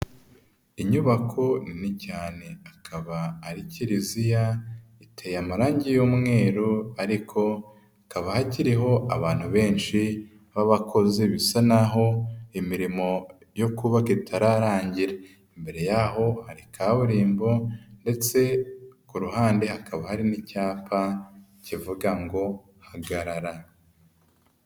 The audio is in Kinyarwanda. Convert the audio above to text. Inyubako nini cyane, akaba ari kiliziya, iteye amarangi y'umweru ariko hakaba hakiriho abantu benshi b'abakoze bisa naho imirimo yo kubaka itararangira, imbere yaho hari kaburimbo ndetse ku ruhande hakaba hari n'icyapa kivuga ngo hagarara.